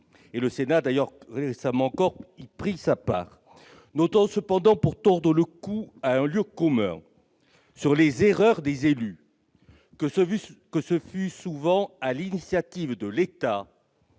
Le Sénat a d'ailleurs récemment pris sa part en la matière. Notons cependant, pour tordre le cou à ce lieu commun sur les erreurs des élus, que ce fut souvent sur l'initiative de l'État,